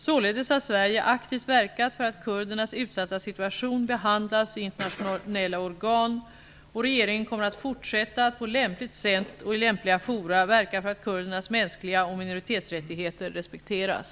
Således har Sverige aktivt verkat för att kurdernas utsatta situation behandlas i internationella organ, och regeringen kommer att fortsätta att på lämpligt sätt och i lämpliga forum verka för att kurdernas mänskliga rättigheter och minoritetsrättigheter respekteras.